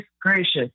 gracious